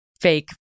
fake